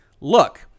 look